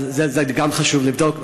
אז את זה גם חשוב לבדוק.